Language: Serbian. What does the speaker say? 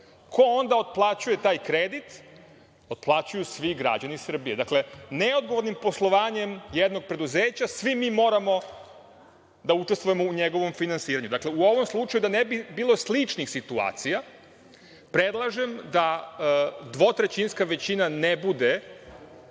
Ko onda otplaćuje taj kredit? Otplaćuju svi građani Srbije. Dakle, neodgovornim poslovanjem jednog preduzeća svi mi moramo da učestvujemo u njegovom finansiranju.U ovom slučaju, da ne bi bilo sličnih situacija, predlažem da dvotrećinska većina ne bude